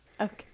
Okay